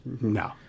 No